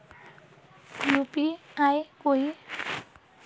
UPI कोई